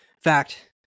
Fact